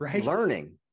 learning